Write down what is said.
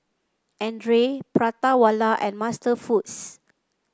Andre Prata Wala and MasterFoods